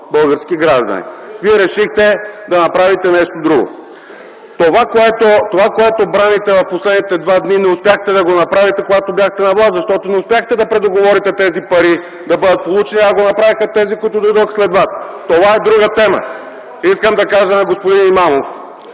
български граждани. Вие решихте да направите нещо друго. Това, което браните в последните два дни, не успяхте да го направите, когато бяхте на власт, защото не успяхте да предоговорите тези пари да бъдат получени, а го направиха тези, които дойдоха след вас. Това е друга тема. Искам да кажа на господин Имамов,